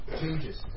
changes